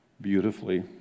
beautifully